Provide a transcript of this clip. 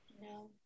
No